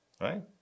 right